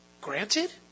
Granted